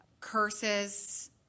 curses